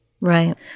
Right